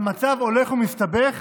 והמצב הולך ומסתבך